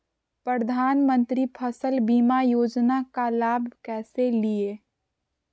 प्रधानमंत्री फसल बीमा योजना का लाभ कैसे लिये?